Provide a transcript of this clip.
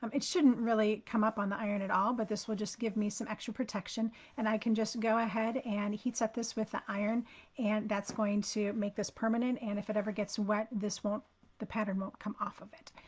um it shouldn't really come up on the iron at all. but this will just give me some extra protection and i can just go ahead and heats up this with the iron and that's going to make this permanent. and if it ever gets wet, this won't the pattern won't come off of it.